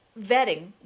vetting